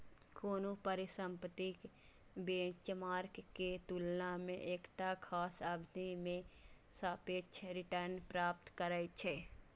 कोनो परिसंपत्ति बेंचमार्क के तुलना मे एकटा खास अवधि मे सापेक्ष रिटर्न प्राप्त करै छै